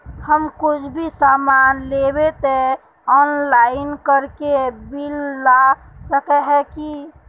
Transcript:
हम कुछ भी सामान लेबे ते ऑनलाइन करके बिल ला सके है की?